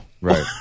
Right